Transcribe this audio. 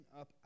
up